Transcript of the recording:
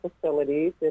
facilities